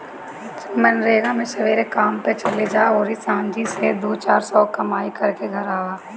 मनरेगा मे सबेरे काम पअ चली जा अउरी सांझी से दू चार सौ के काम कईके घरे चली आवअ